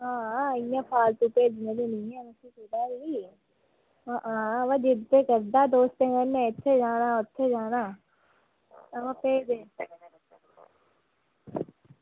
आं इंया फालतु भेजने बी निं ऐ कुदै ई आं दोस्तें कन्नै फिरदा दोस्तै कन्नै इत्थें जाना उत्थें जाना